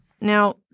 Now